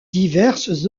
diverses